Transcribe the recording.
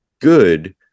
good